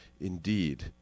indeed